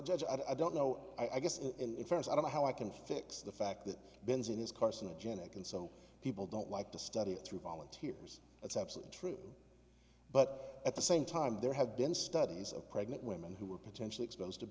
judge i don't know i guess in fairness i don't know how i can fix the fact that benzene is carcinogenic and so people don't like to study it through volunteers that's absolutely true but at the same time there have been studies of pregnant women who were potentially exposed to